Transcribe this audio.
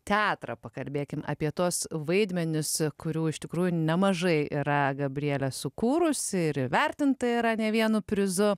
teatrą pakalbėkime apie tuos vaidmenis kurių iš tikrųjų nemažai yra gabrielė sukūrusi ir įvertinta yra ne vienu prizu